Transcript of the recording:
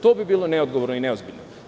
To bi bilo neodgovorno i neozbiljno.